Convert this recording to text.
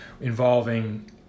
involving